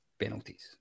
Penalties